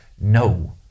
no